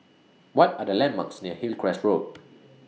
What Are The landmarks near Hillcrest Road